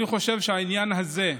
אני חושב שהעניין הזה,